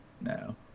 No